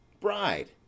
bride